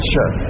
Sure